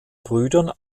brüdern